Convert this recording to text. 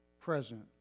present